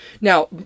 Now